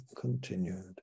continued